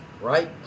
right